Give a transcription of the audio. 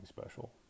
special